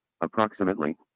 approximately